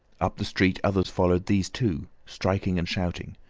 up the street others followed these two, striking and shouting.